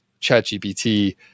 ChatGPT